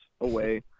away